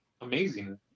amazing